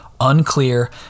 unclear